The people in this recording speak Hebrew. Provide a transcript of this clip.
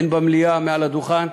הן במליאה מעל הדוכן,